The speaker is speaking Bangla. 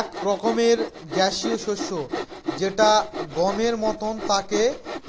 এক রকমের গ্যাসীয় শস্য যেটা গমের মতন তাকে